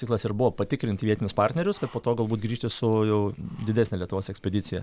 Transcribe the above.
tikslas ir buvo patikrinti vietinius partnerius kad po to galbūt grįžti su jau didesne lietuvos ekspedicija